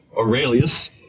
Aurelius